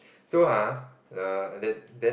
so !huh! then then